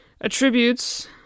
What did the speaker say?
attributes